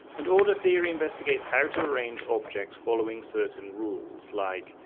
and order theory investigates how to arrange objects following certain rules like,